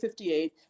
58